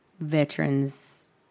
veterans